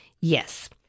Yes